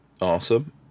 Awesome